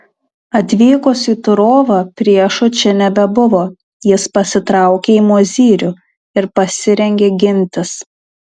atvykus į turovą priešo čia nebebuvo jis pasitraukė į mozyrių ir pasirengė gintis